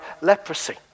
leprosy